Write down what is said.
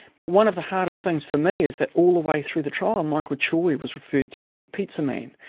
but one of the hardest things for me is that all the way through the trial, and michael choy was referred to as the pizza man,